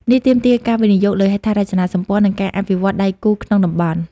នេះទាមទារការវិនិយោគលើហេដ្ឋារចនាសម្ព័ន្ធ និងការអភិវឌ្ឍដៃគូក្នុងតំបន់។